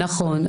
נכון.